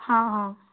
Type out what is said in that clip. ହଁ ହଁ